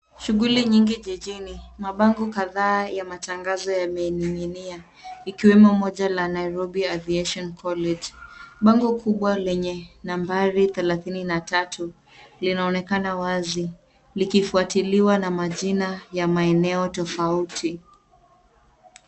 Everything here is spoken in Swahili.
Shughuli nyingi jijini. Mabango kadhaa ya matangazo yamening'inia ikiwemo moja la Nairobi Aviation College. Bango kubwa lenye nambari 33 linaonekana wazi likifuatiliwa na majina ya maeneo tofauti.